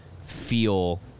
feel